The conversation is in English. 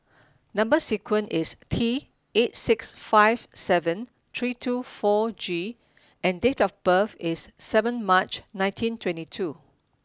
number sequence is T eight six five seven three two four G and date of birth is seven March nineteen twenty two